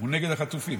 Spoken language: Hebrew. נגד החטופים.